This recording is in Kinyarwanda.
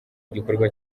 igikorwa